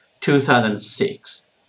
2006